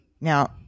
Now